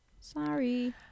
Sorry